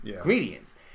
comedians